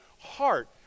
heart